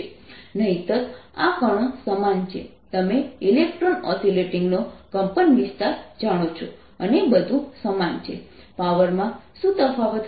નહિંતર આ કણો સમાન છે તમે ઇલેક્ટ્રોન ઓસિલેટીંગનો કંપનવિસ્તાર જાણો છો અને બધું સમાન છે પાવરમાં શું તફાવત હશે